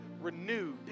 renewed